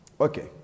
Okay